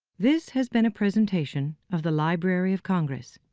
this has been a presentation of the library of congress.